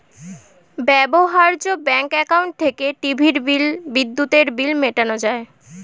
ব্যবহার্য bank account থেকে টিভির বিল, বিদ্যুতের বিল মেটানো যায়